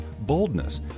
boldness